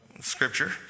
Scripture